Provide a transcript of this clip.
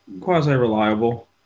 quasi-reliable